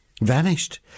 vanished